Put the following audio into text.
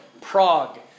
Prague